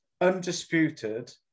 undisputed